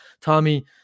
Tommy